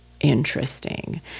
interesting